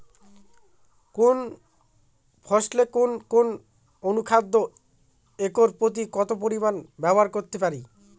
কোন ফসলে কোন কোন অনুখাদ্য একর প্রতি কত পরিমান ব্যবহার করতে পারি?